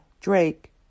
Drake